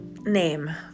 name